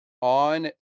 on